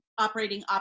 Operating